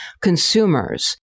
consumers